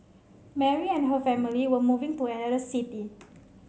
Mary and her family were moving to another city